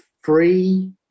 Free